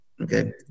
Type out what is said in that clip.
Okay